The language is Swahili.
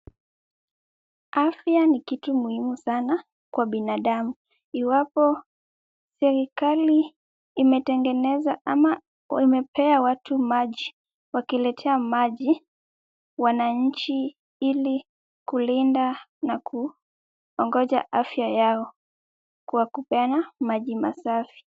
Afya ni kitu muhimu sana kwa binadamu. Iwapo serikali imetengeneza ama wamepea watu maji, wakiletea maji wananchi ili kulinda na kuongoja afya yao kwa kupeana maji masafi.